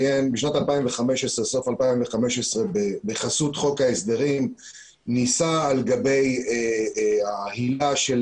בסוף 2015 בחסות חוק ההסדרים נישא על גבי ההילה של